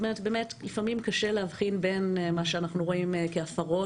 לפעמים קשה להבחין בין מה שאנחנו רואים כהפרות